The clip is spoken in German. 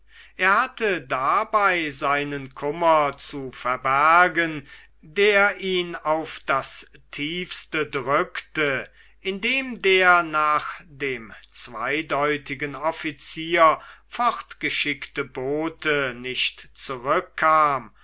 er hatte dabei seinen kummer zu verbergen der ihn auf das tiefste drückte indem der nach dem zweideutigen offizier fortgeschickte bote nicht zurückkam